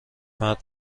مرد